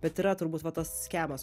bet yra turbūt va tas skemas